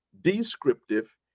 Descriptive